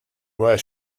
where